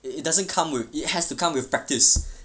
it it doesn't come with it has to come with practice